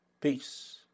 Peace